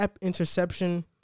interception